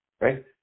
right